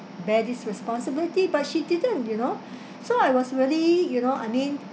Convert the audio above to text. bear this responsibility but she didn't you know so I was really you know I mean